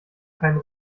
keinen